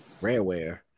Rareware